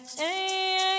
hey